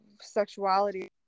sexuality